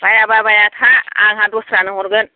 बाइयाबा बाइया था आंहा दस्रानो हरगोन